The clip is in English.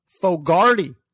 Fogarty